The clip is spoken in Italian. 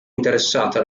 interessata